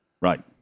Right